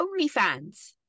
OnlyFans